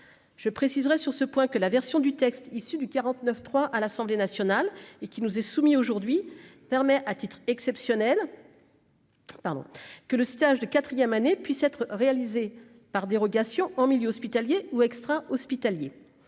je préciserai sur ce point que la version du texte issu du 49 3 à l'Assemblée nationale et qui nous est soumis aujourd'hui permet à titre exceptionnel. Pardon que le stage de quatrième année puisse être réalisée par dérogation en milieu hospitalier ou extra-hospitalier